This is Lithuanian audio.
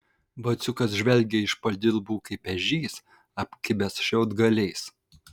vaciukas žvelgė iš padilbų kaip ežys apkibęs šiaudgaliais